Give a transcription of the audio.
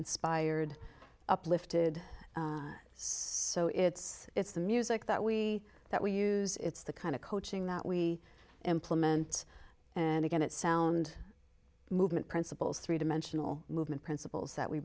inspired uplifted so it's it's the music that we that we use it's the kind of coaching that we implement and again it sound movement principles three dimensional movement principles that we